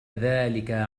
ذلك